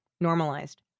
Normalized